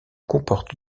comportent